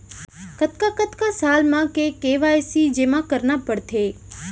कतका कतका साल म के के.वाई.सी जेमा करना पड़थे?